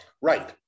Right